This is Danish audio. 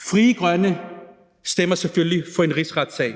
Frie Grønne stemmer selvfølgelig for en rigsretssag,